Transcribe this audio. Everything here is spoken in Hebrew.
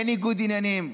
אין ניגוד עניינים.